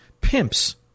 pimps